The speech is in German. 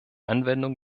anwendung